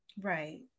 Right